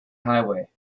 highway